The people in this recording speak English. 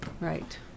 Right